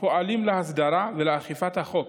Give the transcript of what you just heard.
הפועלים להסדרה ולאכיפת החוק